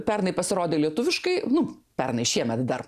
pernai pasirodė lietuviškai nu pernai šiemet dar